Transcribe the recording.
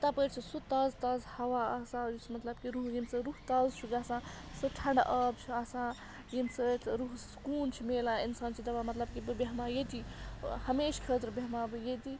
تَپٲرۍ چھُ سُہ تازٕ تازٕ ہوا آسان یُس مطلب کہِ روح ییٚمہِ سۭتۍ روح تازٕ چھُ گژھان سُہ ٹھنٛڈٕ آب چھُ آسان ییٚمہِ سۭتۍ روحَس سُکوٗن چھُ میلان اِنسان چھُ دَپان مطلب کہِ بہٕ بیٚہمہٕ ہا ییٚتی ٲں ہمیشہِ خٲطرٕ بیٚہمہٕ ہا بہٕ ییٚتی